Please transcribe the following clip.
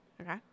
Okay